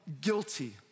Guilty